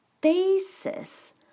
basis